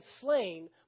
slain